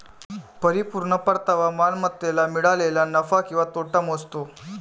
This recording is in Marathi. परिपूर्ण परतावा मालमत्तेला मिळालेला नफा किंवा तोटा मोजतो